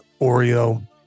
Oreo